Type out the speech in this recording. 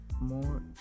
More